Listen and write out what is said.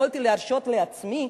יכולתי להרשות לעצמי,